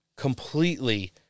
completely